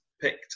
picked